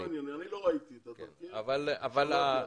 אני לא ראיתי את התחקיר אבל שמעתי עליו.